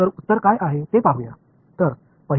तर उत्तर काय आहे ते पाहूया